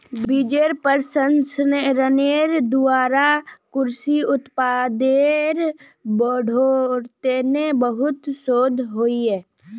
बिजेर प्रसंस्करनेर द्वारा कृषि उत्पादेर बढ़ोतरीत बहुत शोध होइए